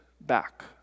back